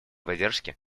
поддержке